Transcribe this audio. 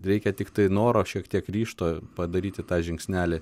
reikia tiktai noro šiek tiek ryžto padaryti tą žingsnelį